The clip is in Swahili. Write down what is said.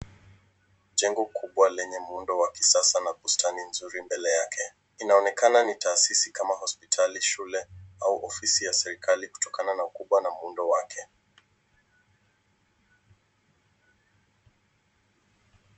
Jengo kubwa lenye muundo wa kisasa na bustani nzuri mbele yake. Inaonekana ni taasisi kama hospitali, shule au ofisi ya serikali kutokana na ukubwa na muundo wake.